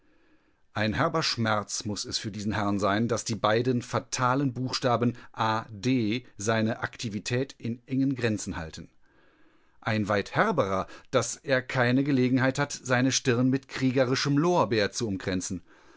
ein herber schmerz muß es für diesen herrn sein daß die beiden fatalen buchstaben a d seine aktivität in engen grenzen halten ein weit herberer daß er keine gelegenheit hat seine stirn mit kriegerischem lorbeer zu umkränzen